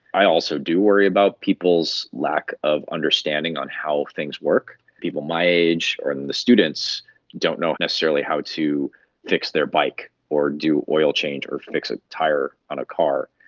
i also do worry about people's lack of understanding on how things work. people my age or the students don't know necessarily how to fix their bike or do an oil change or fix a tire on a car,